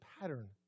pattern